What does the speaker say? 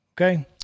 Okay